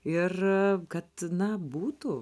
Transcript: ir kad na būtų